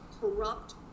corrupt